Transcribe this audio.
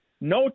no